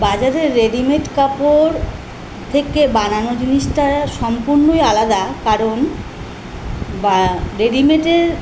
বাজারে রেডিমেড কাপড় থেকে বানানো জিনিসটা হয় সম্পূর্ণই আলাদা কারণ বা রেডিমেডের